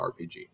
RPG